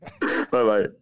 Bye-bye